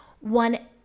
one